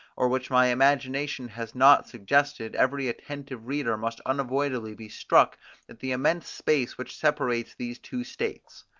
or which my imagination has not suggested, every attentive reader must unavoidably be struck at the immense space which separates these two states.